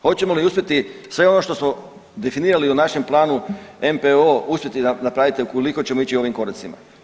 Hoćemo li uspjeti sve ono što smo definirali u našem planu NPO uspjeti napraviti ukoliko ćemo ići ovim koracima?